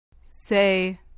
Say